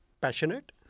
Passionate